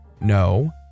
No